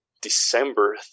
December